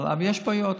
אבל יש בעיות.